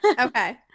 Okay